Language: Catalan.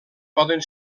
poden